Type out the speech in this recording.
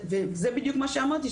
וזה בדיוק מה שאמרתי,